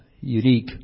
unique